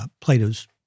Plato's